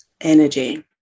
energy